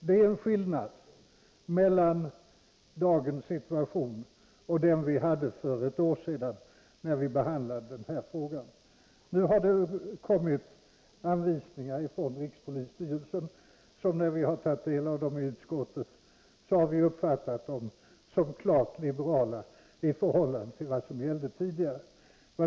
Det är en skillnad mellan dagens situation och den för ett år sedan, när vi behandlade denna fråga. Nu har det kommit anvisningar från rikspolisstyrelsen, och när vi i utskottet har tagit del av dem har vi uppfattat dem som klart liberala i förhållande till vad som gällde tidigare.